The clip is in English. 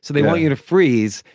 so they want you to freeze,